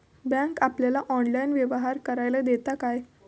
Bank आपल्याला online व्यवहार करायला देता काय?